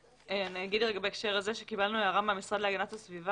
אני אומר בהקשר הזה שקיבלנו הערה מהמשרד להגנת הסביבה